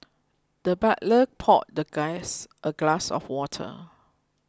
the butler poured the guys a glass of water